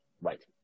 Right